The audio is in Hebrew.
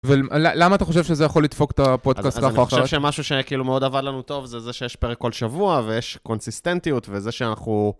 ולמה אתה חושב שזה יכול לדפוק את הפודקאסט ככה? אני חושב שמשהו שהיה כאילו מאוד עבד לנו טוב זה זה שיש פרק כל שבוע ויש קונסיסטנטיות וזה שאנחנו...